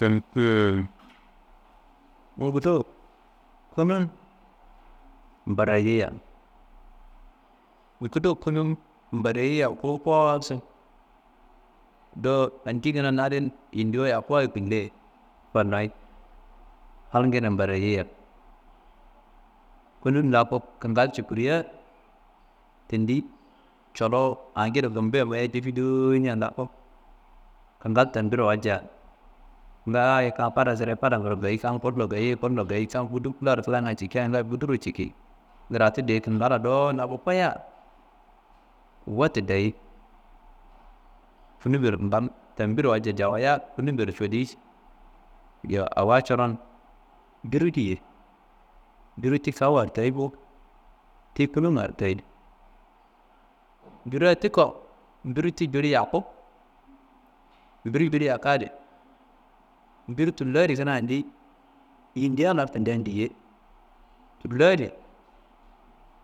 «hesitation » ngudo kunun mbarayeyiya, ngudo kunun mbarayeyiya nguwu koosu do andiyi kuna yindiwayi yakkuwa gule fannoyi halgide mbarayeyiya kunun laku kangal cukuria tendi colowu agide gumbuye mayo gefidowo ñan laku kangal tambiro walca ngoyo kam fada sideye fadaro gayi kam bullo gayi bullo gayi, kam budungu laro klangu cikkia ngayi buduro ciki gratu deyi kangalla dowon laku koyia wette deyi kunumbero «hesitation» tambiro walca jawayia kunumbero celiyi yowu awa coron biri diye, mbiri ti kawu hartayi bo, ti kunum hartayi. Mbirea ti ko, mbirea ti jili yakku, mbiri mbiri yakku adi mbiri tulla adi yindi adi lardundan diye, tullo adi